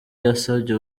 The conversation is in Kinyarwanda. yasabye